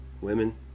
women